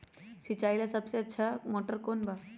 सिंचाई ला सबसे अच्छा मोटर कौन बा?